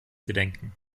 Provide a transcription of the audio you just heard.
gedenken